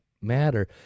matter